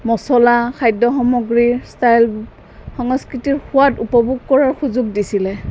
মচলা খাদ্য সামগ্ৰীৰ ষ্টাইল সংস্কৃতিৰ সোৱাদ উপভোগ কৰাৰ সুযোগ দিছিলে